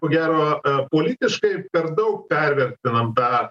ko gero politiškai per daug pervertinam tą